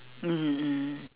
mmhmm mmhmm